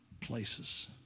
places